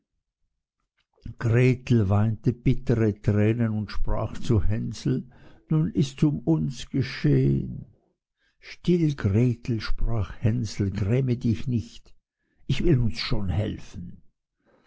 gretel weinte bittere tränen und sprach zu hänsel nun ists um uns geschehen still gretel sprach hänsel gräme dich nicht ich will uns schon helfen